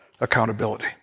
accountability